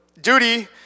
Duty